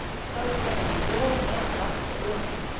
so saying, the old man left the room,